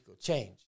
change